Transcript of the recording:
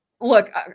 look